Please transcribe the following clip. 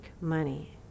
money